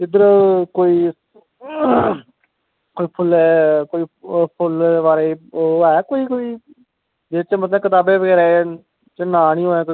उध्दर कोई फुल्लें दे बारे च है कोई जेह्दे मतलव कताबें च नाऽ बगैरा नी हैन